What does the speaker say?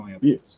yes